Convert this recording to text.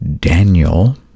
Daniel